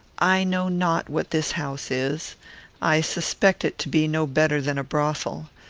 i know not what this house is i suspect it to be no better than a brothel.